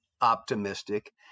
optimistic